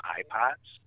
iPods